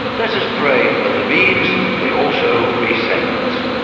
let us pray that the means may also be sent.